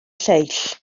lleill